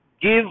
give